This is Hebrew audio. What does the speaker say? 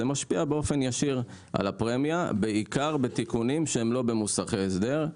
זה משפיע באופן ישיר על הפרמיה בעיקר בתיקונים שהם לא במוסכי הסדר,